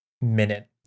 minute